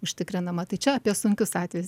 užtikrinama tai čia apie sunkius atvejus